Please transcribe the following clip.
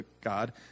God